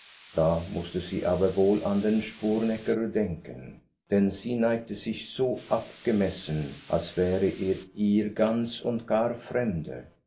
da mußte sie aber wohl an den sporenecker denken denn sie neigte sich so abgemessen als wäre er ihr ganz und gar fremde